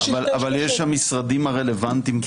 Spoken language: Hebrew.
אבל יש משרדים רלוונטיים פה שמתנגדים לזה?